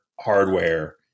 hardware